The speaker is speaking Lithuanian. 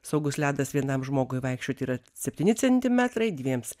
saugus ledas vienam žmogui vaikščiot yra septyni centimetrai dviems